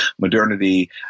modernity